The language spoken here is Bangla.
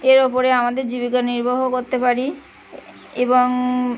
এর ওপরে আমাদের জীবিকা নির্বাহ করতে পারি এবং